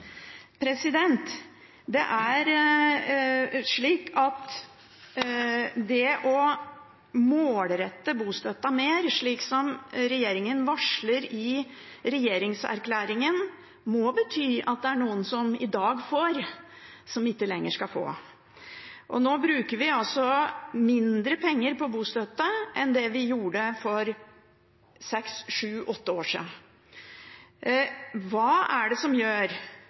Det å målrette bostøtten mer, slik som regjeringen varsler i regjeringserklæringen, må bety at det er noen som i dag får, som ikke lenger skal få. Nå bruker vi altså mindre penger på bostøtte enn det vi gjorde for seks–sju–åtte år siden. Hvilke er det nå som